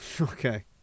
Okay